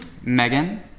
Megan